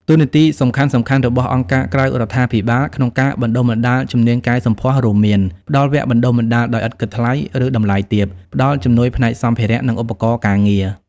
តួនាទីសំខាន់ៗរបស់អង្គការក្រៅរដ្ឋាភិបាលក្នុងការបណ្ដុះបណ្ដាលជំនាញកែសម្ផស្សរួមមាន ផ្តល់វគ្គបណ្តុះបណ្តាលដោយឥតគិតថ្លៃ ឬតម្លៃទាប ផ្តល់ជំនួយផ្នែកសម្ភារៈ និងឧបករណ៍ការងារ។